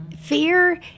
fear